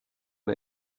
der